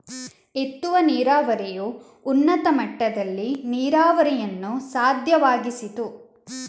ಎತ್ತುವ ನೀರಾವರಿಯು ಉನ್ನತ ಮಟ್ಟದಲ್ಲಿ ನೀರಾವರಿಯನ್ನು ಸಾಧ್ಯವಾಗಿಸಿತು